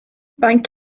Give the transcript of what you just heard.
faint